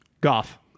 Goff